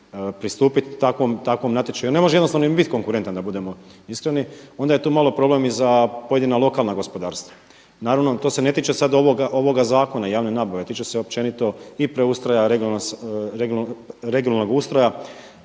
pristupiti takvom natječaju, ne može jednostavno ni biti konkurentan da budemo iskreni, onda je to malo problem i za pojedina lokalna gospodarstva. Naravno to se ne tiče sada ovoga zakona javne nabave, tiče se općenito i preustroja regionalnog ustroja